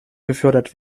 gefördert